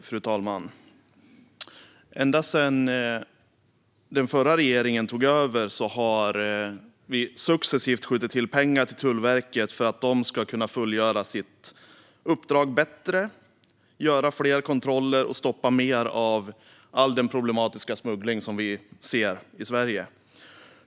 Fru talman! Ända sedan den förra regeringen tog över har vi successivt skjutit till pengar till Tullverket för att de ska kunna fullgöra sitt uppdrag bättre, göra fler kontroller och stoppa mer av den problematiska smuggling som vi ser i Sverige.